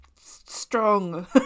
strong